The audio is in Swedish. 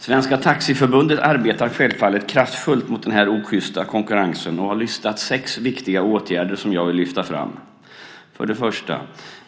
Svenska Taxiförbundet arbetar självfallet kraftfullt mot den osjysta konkurrensen och har listat sex viktiga åtgärder, som jag vill lyfta fram.